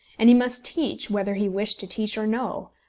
and he must teach whether he wish to teach or no.